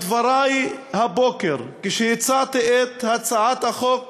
בדברי הבוקר, כשהצעתי את הצעת החוק